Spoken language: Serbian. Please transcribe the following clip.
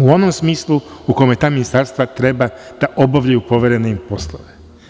u onom smislu u kome ta ministarstva treba da obavljaju poverene im poslove.